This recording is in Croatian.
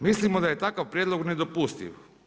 Mislimo da je takav prijedlog nedopustiv.